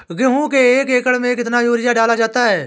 गेहूँ के एक एकड़ में कितना यूरिया डाला जाता है?